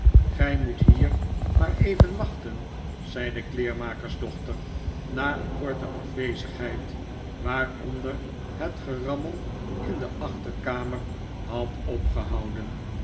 gij moet hier maar even wachten zei de kleermakersdochter na een korte afwezigheid waaronder het gerammel in de achterkamer had opgehouden